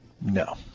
No